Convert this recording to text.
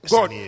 God